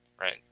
right